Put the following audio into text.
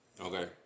Okay